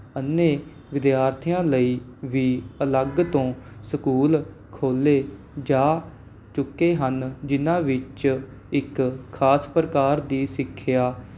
ਅੰਨੇ ਵਿਦਿਆਰਥੀਆਂ ਲਈ ਵੀ ਅਲੱਗ ਤੋਂ ਸਕੂਲ ਖੋਲ੍ਹੇ ਜਾ ਚੁੱਕੇ ਹਨ ਜਿਨ੍ਹਾਂ ਵਿੱਚ ਇੱਕ ਖਾਸ ਪ੍ਰਕਾਰ ਦੀ ਸਿੱਖਿਆ